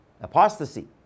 apostasy